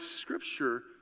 scripture